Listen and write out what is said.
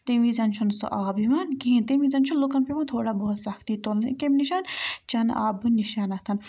تَمہِ وِزِ چھُنہٕ سُہ آب یِوان کِہیٖنۍ تَمہِ وِزِ چھِ لُکَن پٮ۪وان تھوڑا بہت سَختی تُلنہِ کَمہِ نش چٮ۪نہٕ آبہٕ نِش